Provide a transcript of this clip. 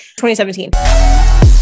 2017